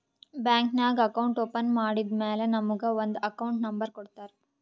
bank ನಾಗ್ account open ಮಾಡದ್ದ್ ಮ್ಯಾಲ ನಮುಗ ಒಂದ್ ಅಕೌಂಟ್ ನಂಬರ್ ಕೊಡ್ತಾರ್